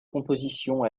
composition